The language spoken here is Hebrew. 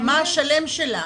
מה השלם שלה,